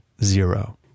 Zero